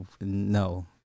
no